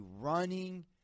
running